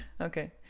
Okay